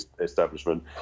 establishment